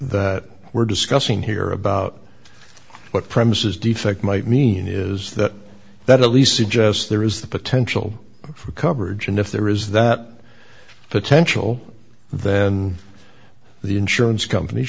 that we're discussing here about what premises defect might mean is that that elise suggests there is the potential for coverage and if there is that potential then the insurance compan